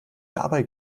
dabei